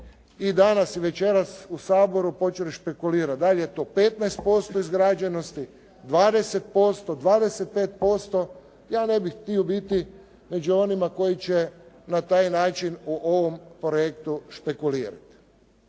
i danas i večeras u Saboru počeli špekulirati da li je to 15% izgrađenosti, 20%, 25%. Ja ne bih htio biti među onima koji će na taj način u ovom projektu špekulirati.